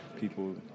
people